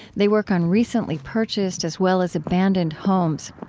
they work on recently purchased as well as abandoned homes.